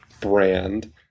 brand